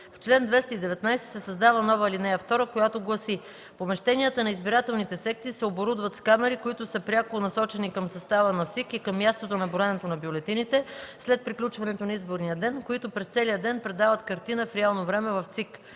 „В чл. 219 се създава нова ал. 2, която гласи: „(2) Помещенията на избирателните секции се оборудват с камери, които са пряко насочени към състава на СИК и към мястото на броенето на бюлетините след приключването на изборния ден, които през целия ден предават картина в реално време в ЦИК”.”